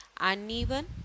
uneven